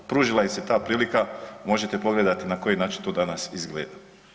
Pružila im se ta prilika, možete pogledati na koji način to danas izgleda.